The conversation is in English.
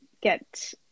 get